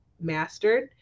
mastered